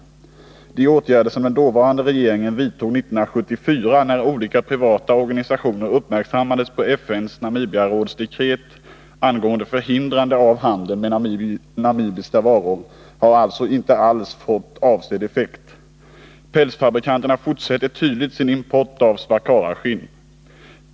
De åtgärder som vidtogs 1974 av den dåvarande regeringen, när olika privata organisationer uppmärksammades på FN:s Namibiaråds dekret angående förhindrande av handel med namibiska varor, har alltså inte alls fått avsedd effekt. Pälsfabrikanterna fortsätter — det framgår tydligt — sin import av swakaraskinn.